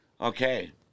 Okay